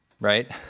Right